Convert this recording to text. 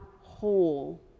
whole